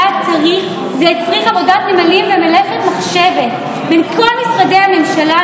זה הצריך עבודת נמלים ומלאכת מחשבת בין כל משרדי הממשלה,